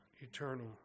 eternal